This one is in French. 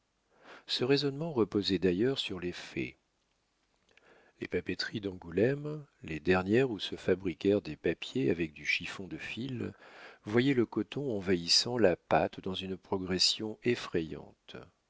ce raisonnement reposait d'ailleurs sur les faits les papeteries d'angoulême les dernières où se fabriquèrent des papiers avec du chiffon de fil voyaient le coton envahissant la pâte dans une progression effrayante